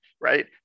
right